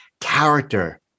character